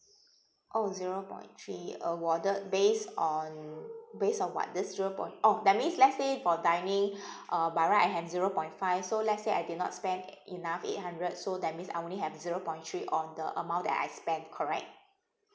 oh zero point three awarded based on based on [what] this zero point oh that means if let's say for dining uh by right I have zero point five so let's say I did not spend enough eight hundred so that means I only have zero point three on the amount that I spend correct